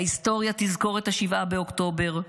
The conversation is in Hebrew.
ההיסטוריה תזכור את 7 באוקטובר,